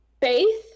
faith